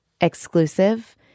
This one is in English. exclusive